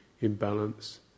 Imbalance